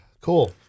Cool